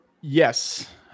Yes